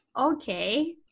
okay